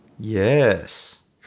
Yes